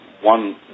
one